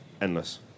endless